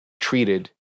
Treated